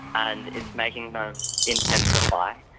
and it's making them intensify.